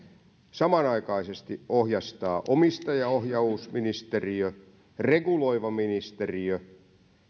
samanaikaisesti ohjastavat omistajaohjausministeriö reguloiva ministeriö